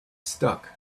stuck